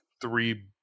three